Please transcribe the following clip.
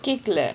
கேக்கல:keakala